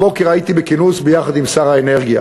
הבוקר הייתי בכינוס יחד עם שר האנרגיה,